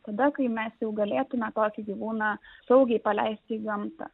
tada kai mes jau galėtume tokį gyvūną saugiai paleisti į gamtą